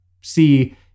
see